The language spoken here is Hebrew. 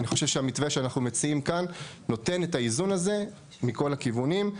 אני חושב שהמתווה שאנחנו מציעים כאן נותן את האיזון הזה מכל הכיוונים.